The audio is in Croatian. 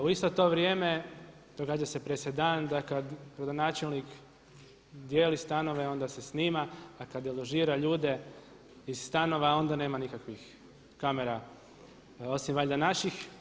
U isto to vrijeme događa se presedan da kad gradonačelnik dijeli stanove onda se snima, a kad deložira ljude iz stanova onda nema nikakvih kamera osim valjda naših.